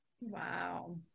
Wow